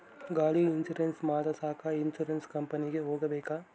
ಗಾಡಿ ಇನ್ಸುರೆನ್ಸ್ ಮಾಡಸಾಕ ಇನ್ಸುರೆನ್ಸ್ ಕಂಪನಿಗೆ ಹೋಗಬೇಕಾ?